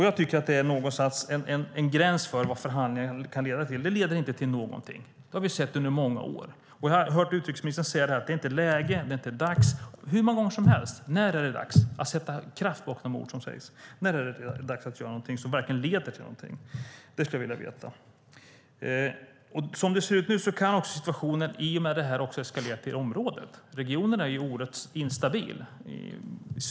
Jag tycker att det någonstans finns en gräns för vad förhandlingar kan leda till. Det leder inte till någonting. Det har vi sett under många år. Jag har i hur många år som helst hört utrikesministern säga att det inte är läge och att det inte är dags. När är det dags att sätta kraft bakom de ord som sägs? När är det dags att göra någonting som verkligen leder till någonting? Det skulle jag vilja veta. Som det ser ut nu kan situationen i och med detta också eskalera till området. Regionen är oerhört instabil.